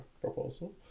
proposal